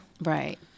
Right